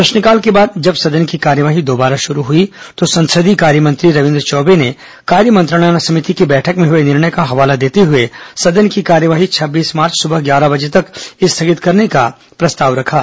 प्रश्नकाल के बाद जब सदन की कार्यवाही दोबारा शुरू हुई तो संसदीय कार्य मंत्री रविन्द्र चौबे ने कार्यमंत्रणा समिति की बैठक में हुए निर्णय का हवाला देते हुए सदन की कार्यवाही छब्बीस मार्च सुबह ग्यारह बजे तक स्थगित करने का प्रस्ताव रखा